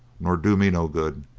nor do me no good,